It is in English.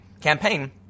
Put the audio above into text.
campaign